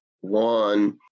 one